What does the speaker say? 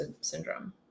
syndrome